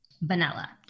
Vanilla